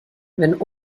wenn